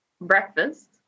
breakfast